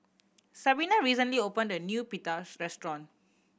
Sabina recently opened a new Pita restaurant